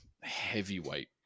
heavyweight